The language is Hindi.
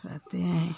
रहते हैं